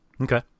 Okay